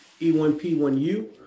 E1P1U